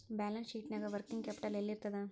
Balance ಶೇಟ್ನ್ಯಾಗ working capital ಯೆಲ್ಲಿರ್ತದ?